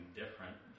different